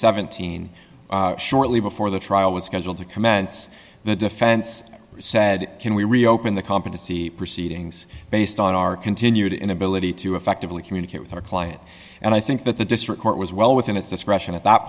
seventeen shortly before the trial was scheduled to commence the defense said can we reopen the competency proceedings based on our continued inability to effectively communicate with our client and i think that the district court was well within its discretion at that